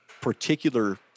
particular